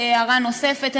הערה נוספת,